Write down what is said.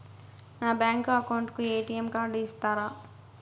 నా bank account కు ATM card ఇస్తారా